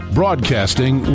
broadcasting